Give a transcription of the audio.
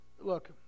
look